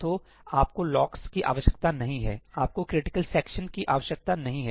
तो आपको लॉक्स की आवश्यकता नहीं है आपको क्रिटिकल सेक्शन की आवश्यकता नहीं है